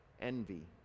envy